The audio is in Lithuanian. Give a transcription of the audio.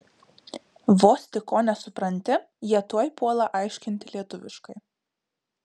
vos tik ko nesupranti jie tuoj puola aiškinti lietuviškai